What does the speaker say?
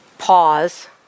pause